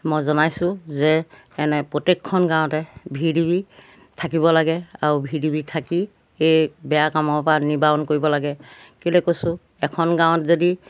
মই জনাইছোঁ যে এনে প্ৰত্যেকখন গাঁৱতে ভি ডি বি থাকিব লাগে আৰু ভি ডি বি থাকি এই বেয়া কামৰপৰা নিবাৰণ কৰিব লাগে কি বুলি কৈছোঁ এখন গাঁৱত যদি